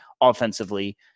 offensively